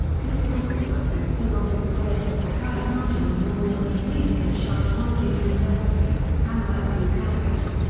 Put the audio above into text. this prototype is still on display at the takayanagi memorial museum in shizuoka university, hamamatsu campus.